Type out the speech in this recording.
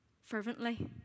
fervently